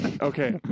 Okay